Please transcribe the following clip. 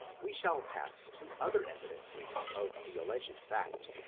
we shall pass to other evidences of the alledged fact